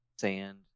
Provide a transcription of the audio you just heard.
sand